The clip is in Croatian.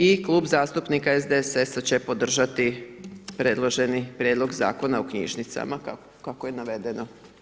I Klub zastupnika SDSS-a će podržati predloženi prijedlog Zakona o knjižnicama, kako je navedeno.